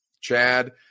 Chad